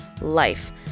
life